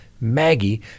Maggie